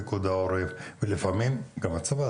פיקוד העורף ולפעמים גם הצבא.